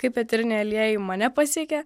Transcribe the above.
kaip eteriniai aliejai mane pasiekė